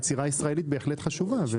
היצירה הישראלית בהחלט חשובה.